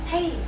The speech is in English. Hey